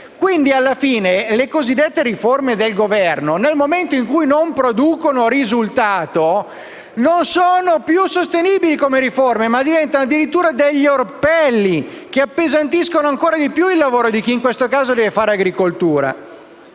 Quindi, alla fine, le cosiddette riforme del Governo, nel momento in cui non producono risultato, non sono più sostenibili e diventano addirittura degli orpelli che appesantiscono ancora di più il lavoro di chi, in questo caso, si occupa di agricoltura.